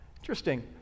interesting